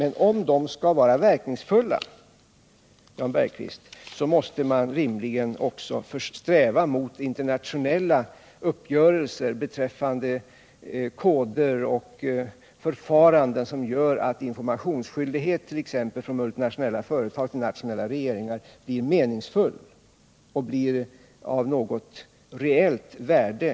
Men om kontrollinstrumenten skall vara verkningsfulla, Jan Bergqvist, måste man rimligen också sträva mot internationella uppgörelser beträffande koder och förfaranden, som gör att t.ex. skyldigheten för multinationella företag att lämna information till nationella regeringar blir meningsfull och av reellt värde.